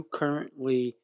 currently